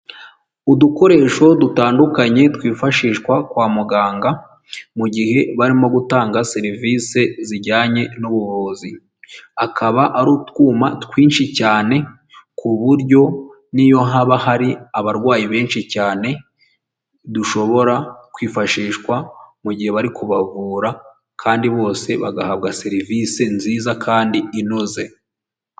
Udukoresho dutandukanye twifashishwa kwa muganga mu gihe barimo gutanga serivise zijyanye n'ubuvuzi. Akaba ari utwuma twinshi cyane ku buryo n'iyo haba hari abarwayi benshi cyane, dushobora kwifashishwa mu gihe bari kubavura kandi bose bagahabwa serivisi nziza kandi inoze.